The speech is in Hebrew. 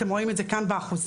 אתם רואים את זה כאן באחוזים.